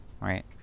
right